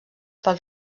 pel